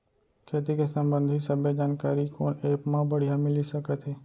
खेती के संबंधित सब्बे जानकारी कोन एप मा बढ़िया मिलिस सकत हे?